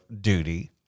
duty